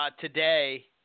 Today